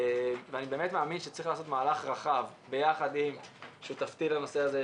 אני באמת מאמין שצריך לעשות מהלך רחב ביחד עם שותפתי לנושא הזה,